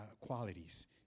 qualities